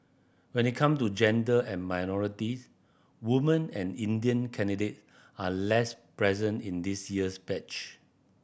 when it come to gender and minorities women and Indian candidate are less present in this year's batch